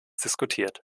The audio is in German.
diskutiert